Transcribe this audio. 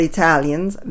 Italians